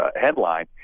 headline